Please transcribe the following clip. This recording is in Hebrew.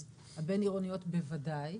אז הבין עירוניות בוודאי,